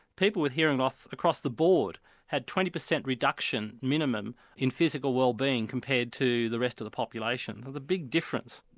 people with hearing loss across the board had twenty percent reduction, minimum, in physical wellbeing compared to the rest of the population a big difference.